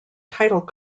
title